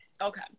Okay